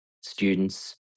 students